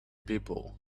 people